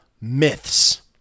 myths